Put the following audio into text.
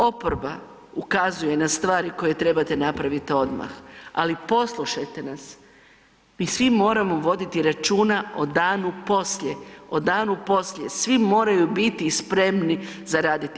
Oporba ukazuje na stvari koje trebate napraviti odmah, ali poslušajte nas, mi svi moramo voditi računa o danu poslije, o danu poslije, svi moraju biti spremni za raditi.